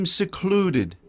secluded